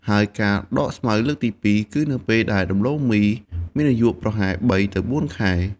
ហើយការដកស្មៅលើកទី២ គឺនៅពេលដែលដំឡូងមីមានអាយុប្រហែល ៣ ទៅ ៤ ខែ។